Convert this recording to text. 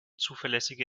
zuverlässige